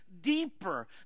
deeper